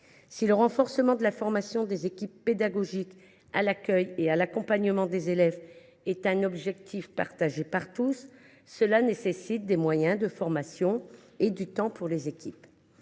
Si le renforcement de la formation des équipes pédagogiques à l’accueil et à l’accompagnement des élèves est un objectif partagé par tous, cela suppose davantage de moyens en matière de formation et du temps pour les équipes.